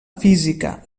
física